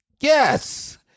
Yes